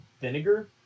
vinegar